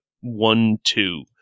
one-two